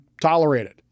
tolerated